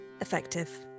effective